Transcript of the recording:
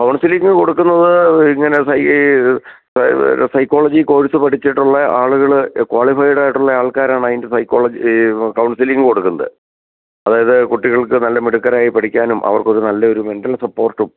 counselling കൊടുക്കുന്നത് ഇങ്ങനെ സയ് ഈ സൈക്കോളജി കോഴ്സ് പഠിച്ചിട്ടുള്ള ആളുകൾ ക്വാളിഫൈഡായിട്ടുള്ള ആൾക്കാരാണ് അതിൻ്റെ സൈക്കോളജി ഈ കൗസിലിങ്ങ് കൊടുക്കുന്നത് അതായത് കുട്ടികൾക്ക് നല്ല മിടുക്കരായി പഠിക്കാനും അവർക്കൊരു നല്ല ഒരു മെൻറ്റൽ സപ്പോർട്ടും